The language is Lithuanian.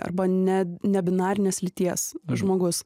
arba ne ne binarinės lyties žmogus